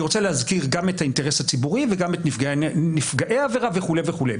גם את האינטרס הציבורי וגם את נפגעי העבירה וכולי וכולי.